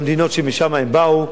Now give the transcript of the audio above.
למדינות שמשם הם באו,